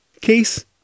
Case